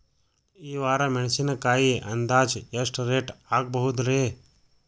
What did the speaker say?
ಈ ವಾರ ಮೆಣಸಿನಕಾಯಿ ಅಂದಾಜ್ ಎಷ್ಟ ರೇಟ್ ಆಗಬಹುದ್ರೇ?